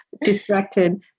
Distracted